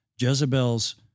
Jezebel's